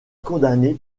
condamné